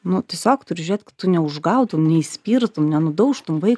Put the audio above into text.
nu tiesiog turi žiūrėt kad tu neužgautum neįspirtum nenudaužtum vaiko